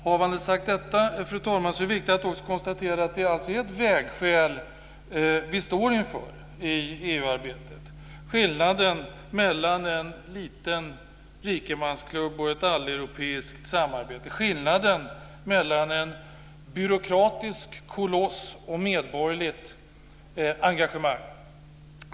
Havande sagt detta är det viktigt att också konstatera att det är ett vägskäl som vi står inför i EU-arbetet. Det gäller skillnaden mellan en liten rikemansklubb och ett alleuropeiskt samarbete och skillnaden mellan en byråkratisk koloss och medborgerligt engagemang.